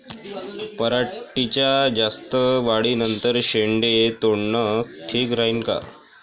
पराटीच्या जास्त वाढी नंतर शेंडे तोडनं ठीक राहीन का?